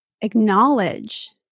acknowledge